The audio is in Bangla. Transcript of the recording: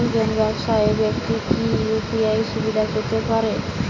একজন ব্যাবসায়িক ব্যাক্তি কি ইউ.পি.আই সুবিধা পেতে পারে?